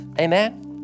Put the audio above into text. Amen